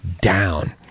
down